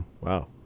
Wow